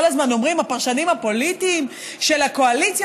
כל הזמן אומרים הפרשנים הפוליטיים שלקואליציה